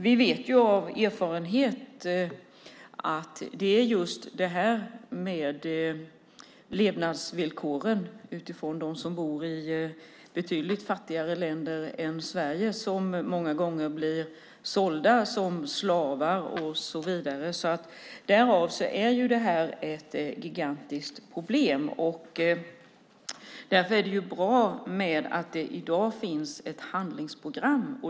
Vi vet ju av erfarenhet, utifrån dem som bor i betydligt fattigare länder än Sverige, att det är just levnadsvillkoren som många gånger gör att människor blir sålda som slavar och så vidare. Därav är det här ett gigantiskt problem. Därför är det bra att det i dag finns ett handlingsprogram.